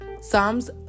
Psalms